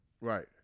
Right